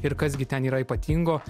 ir kas gi ten yra ypatingo